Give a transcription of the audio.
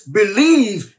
believe